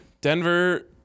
Denver